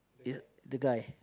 it the guy